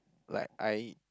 like I